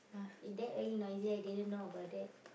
is that very noisy I didn't know about that